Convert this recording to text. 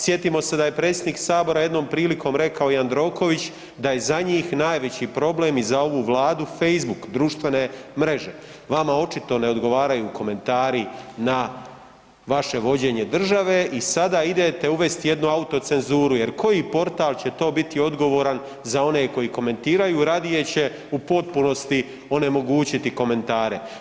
Sjetimo se da je predsjednik Sabora jednom prilikom rekao Jandroković, da je za njih najveći problem i za ovu Vladu Facebook društvene mreže, vama očito ne odgovaraju komentari na vaše vođenje države i sada idete uvesti jednu autocenzuru jer koji portal će to biti odgovoran za one koji komentiraju, radije će u potpunosti onemogućiti komentare.